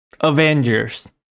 Avengers